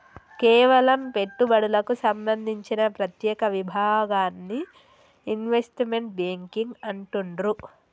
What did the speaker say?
కేవలం పెట్టుబడులకు సంబంధించిన ప్రత్యేక విభాగాన్ని ఇన్వెస్ట్మెంట్ బ్యేంకింగ్ అంటుండ్రు